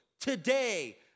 Today